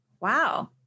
Wow